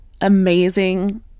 amazing